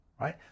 right